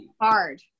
hard